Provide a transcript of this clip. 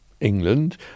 England